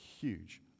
huge